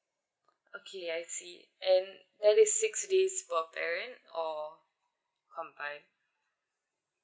okay I see and there is six days for parent or combine